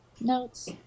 notes